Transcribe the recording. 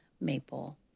maple